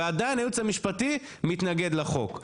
ועדיין הייעוץ המשפטי מתנגד לחוק,